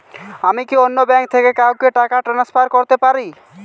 আমি কি অন্য ব্যাঙ্ক থেকে কাউকে টাকা ট্রান্সফার করতে পারি?